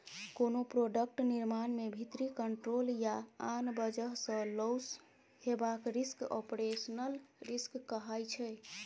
कोनो प्रोडक्ट निर्माण मे भीतरी कंट्रोल या आन बजह सँ लौस हेबाक रिस्क आपरेशनल रिस्क कहाइ छै